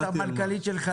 בוועדת כלכלה,